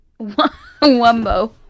Wumbo